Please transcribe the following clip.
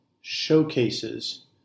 showcases